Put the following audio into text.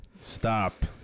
Stop